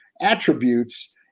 attributes